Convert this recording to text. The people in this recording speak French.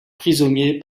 prisonniers